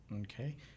Okay